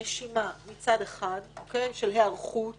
נשימה מצד אחד של היערכות